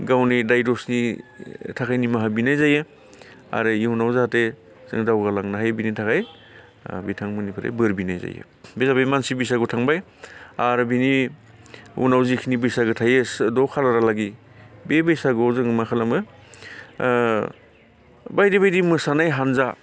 गावनि दाय दसनि थाखाय निमाहा बिनाय जायो आरो इयुनाव जाहाथे जों दावगा लांनो हायो बिनि थाखाय ओ बिथांमोननिफ्राय बोर बिनाय जायो बे जाबाय मानसि बैसागु थांबाय आरो बिनि उनाव जिखिनि बैसागो थायो द' खालारहालागि बे बैसागोआव जों मा खालामो ओ बायदि बायदि मोसानाय हानजा